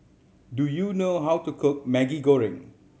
do you know how to cook Maggi Goreng